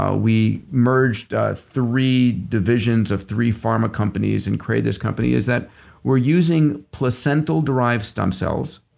ah we merged three divisions of three pharma companies and created this company, is that we're using placental-derived stem cells